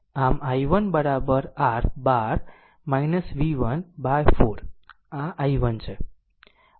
આમ i1 r 12 v1 by 4 આ i1 છે